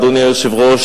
אדוני היושב-ראש,